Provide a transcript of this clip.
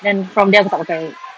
then from then aku tak pakai